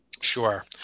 Sure